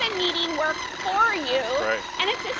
work for you and it